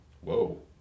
Whoa